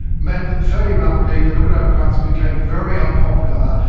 meant that fairly rapidly the liberal democrats became very unpopular.